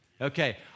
Okay